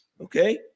Okay